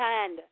hand